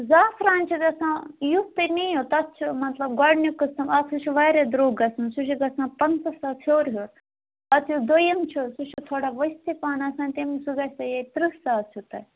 زعفران چھِ گژھان یُتھ تُہۍ نِیوٗ تَتھ چھِ مطلب گۅڈٕنیُک قٔسم اَکھ سُہ چھُ واریاہ درٛۅگ گَژھان سُہ چھُ گژھان پَنٛژاہ ساس ہیوٚر ہیوٚر پَتہٕ یُس دوٚیِم چھُ سُہ چھُ تھوڑا ؤستھٕے پہم آسن تِم سُہ گژھَیو ییٚتہِ ترٕٛہ ساس ہیٛوٗ تۄہہِ